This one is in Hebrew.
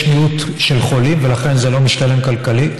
יש מיעוט של חולים, ולכן זה לא משתלם כלכלית.